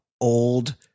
old